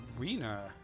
Arena